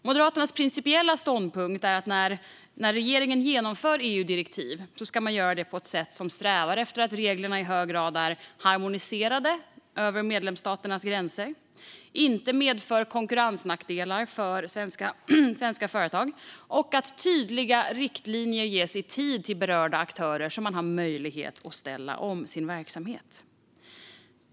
Moderaternas principiella ståndpunkt är att när regeringen genomför EU-direktiv ska man göra det på ett sätt som strävar efter att reglerna i hög grad är harmoniserade över medlemsstaternas gränser, att de inte medför konkurrensnackdelar för svenska företag och att tydliga riktlinjer ges i tid till berörda aktörer så att de har möjlighet att ställa om sin verksamhet.